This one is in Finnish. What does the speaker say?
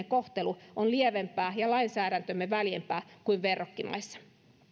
kohtelu on lievempää ja lainsäädäntömme väljempää kuin verrokkimaissa